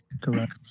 Correct